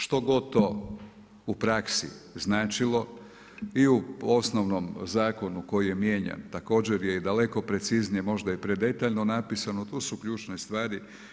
Što god to u praksi značilo i u osnovnom zakonu koji je mijenjan, također je i daleko preciznije a možda i predetaljno napisan ali tu su ključne stvari.